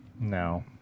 No